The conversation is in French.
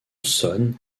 sonne